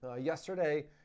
yesterday